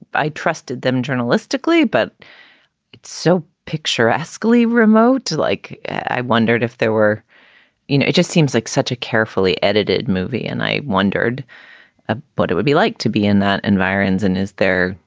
i trusted them journalistically. but it's so picturesquely remote to like. i wondered if there were you know, it just seems like such a carefully edited movie. and i wondered what ah but it would be like to be in that environs. and is there,